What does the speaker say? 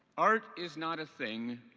art is not a thing.